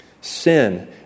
Sin